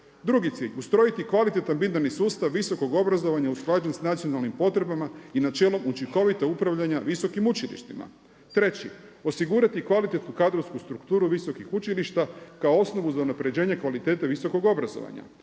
Drugi cilj je ustrojiti kvalitetan binarni sustav visokog obrazovanja usklađen s nacionalnim potrebama i načelom učinkovitog upravljanja visokim učilištima. Treći, osigurati kvalitetnu kadrovsku strukturu visokih učilišta kao osnovu za unapređenje kvalitete visokog obrazovanja.